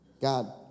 God